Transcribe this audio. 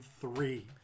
three